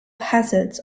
hazards